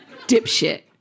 dipshit